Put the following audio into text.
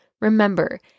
Remember